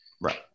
Right